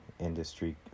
industry